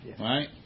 Right